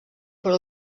però